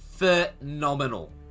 phenomenal